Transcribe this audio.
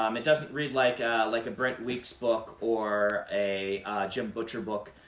um it doesn't read like like a brent weeks book or a jim butcher book.